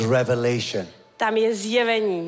revelation